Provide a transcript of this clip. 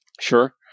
sure